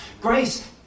Grace